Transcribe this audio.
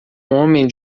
homem